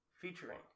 featuring